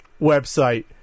website